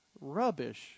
rubbish